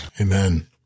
amen